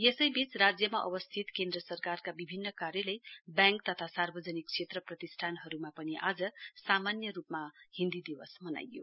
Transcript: यसैवीच राज्यमा अवस्थित केन्द्र सरकारका विभिन्न कार्यालय व्याङ्क तथा सार्वजनिक क्षेत्र प्रतिष्ठानहरुमा पनि आज सामान्य रुपमा दिवस पालन गरियो